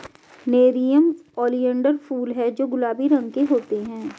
nerium oleander फूल हैं जो गुलाबी रंग के होते हैं